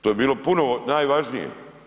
To bi bilo puno najvažnije.